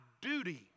duty